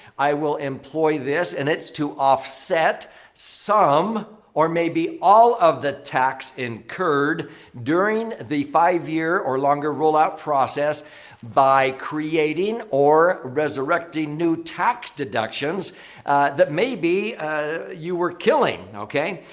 i will employ this and it's to offset some or maybe all of the tax incurred during the five year or longer roll-out process by creating or resurrecting new tax deductions that maybe ah you were killing, okay?